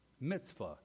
mitzvah